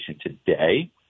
today